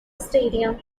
stadium